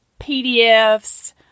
PDFs